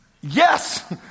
Yes